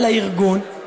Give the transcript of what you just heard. על הארגון,